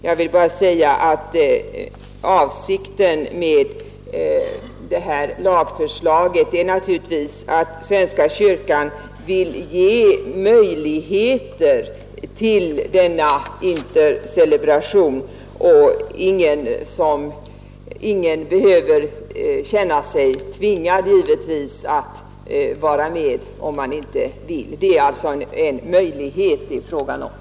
Jag vill bara säga att avsikten med detta lagförslag är att ge möjligheter till en intercelebration. Det är inte fråga om att tvinga någon. Det är en möjlighet man vill ge.